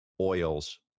oils